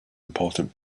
important